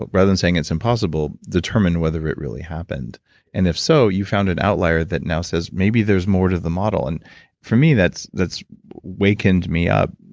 but rather than saying, it's impossible, determine whether it really happened and, if so, you found an outlier that now says, maybe there's more to the model. and for me, that's that's wakened me up,